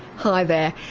hi there,